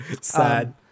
Sad